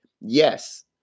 yes